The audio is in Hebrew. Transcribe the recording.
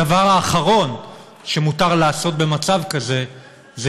הדבר האחרון שמותר לעשות במצב כזה זה